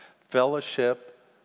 Fellowship